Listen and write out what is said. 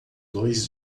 dois